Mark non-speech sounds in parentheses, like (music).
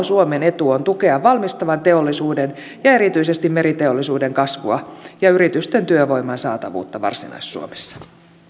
(unintelligible) suomen etu on tukea valmistavan teollisuuden ja erityisesti meriteollisuuden kasvua ja yritysten työvoiman saatavuutta varsinais suomessa